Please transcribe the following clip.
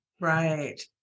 Right